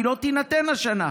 והיא לא תינתן השנה.